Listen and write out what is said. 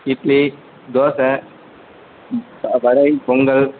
idli dosa vada Pongal